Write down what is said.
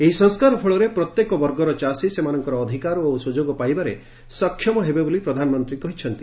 ଏହି ସଂସ୍କାର ଫଳରେ ପ୍ରତ୍ୟେକ ବର୍ଗର ଚାଷୀ ସେମାନଙ୍କର ଅଧିକାର ଓ ସୁଯୋଗ ପାଇବାରେ ସକ୍ଷମ ହେବେ ବୋଲି ପ୍ରଧାନମନ୍ତ୍ରୀ କହିଛନ୍ତି